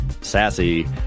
sassy